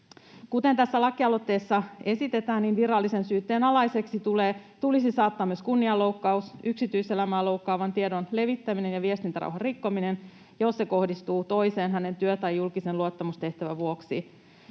Kuten tässä lakialoitteessa esitetään: ”Virallisen syytteen alaiseksi tulisi saattaa myös kunnianloukkaus, yksityiselämää loukkaavan tiedon levittäminen ja viestintärauhan rikkominen, jos se kohdistuu toiseen hänen työ- tai julkisen luottamustehtävänsä vuoksi.